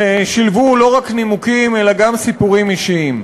ששילבו לא רק נימוקים אלא גם סיפורים אישיים.